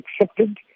accepted